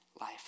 life